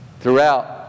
throughout